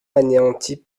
anéantie